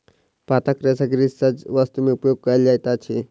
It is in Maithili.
पातक रेशा गृहसज्जा वस्तु में उपयोग कयल जाइत अछि